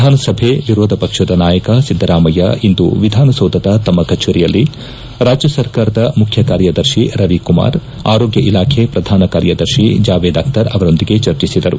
ವಿಧಾನಸಭೆ ವಿರೋಧ ಪಕ್ಷದ ನಾಯಕ ಸಿದ್ದರಾಮಯ್ಯ ಇಂದು ವಿಧಾನಸೌಧದ ತಮ್ಮ ಕಚೇರಿಯಲ್ಲಿ ರಾಜ್ಯ ಸರ್ಕಾರದ ಮುಖ್ಯ ಕಾರ್ಯದರ್ಶಿ ರವಿಕುಮಾರ್ ಆರೋಗ್ಯ ಇಲಾಖೆ ಪ್ರಧಾನ ಕಾರ್ಯದರ್ಶಿ ಜಾವೇದ್ ಅಖ್ತರ್ ಅವರೊಂದಿಗೆ ಚರ್ಚಿಸಿದರು